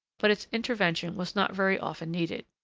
but its intervention was not very often needed.